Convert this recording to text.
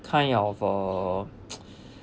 kind of uh